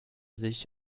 sich